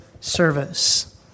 service